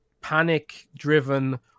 panic-driven